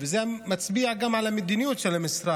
וזה מצביע גם על המדיניות של המשרד,